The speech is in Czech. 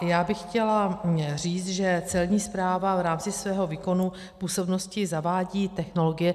Já bych chtěla říct, že Celní správa v rámci svého výkonu působnosti zavádí technologie.